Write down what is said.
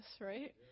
right